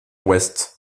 ouest